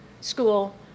school